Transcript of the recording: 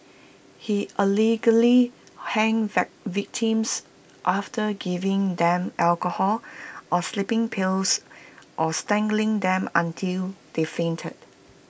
he allegedly hanged victims after giving them alcohol or sleeping pills or strangling them until they fainted